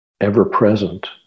ever-present